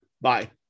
Bye